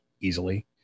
easily